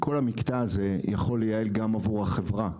כל המקטע הזה יכול לייעל גם עבור החברה.